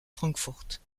frankfurt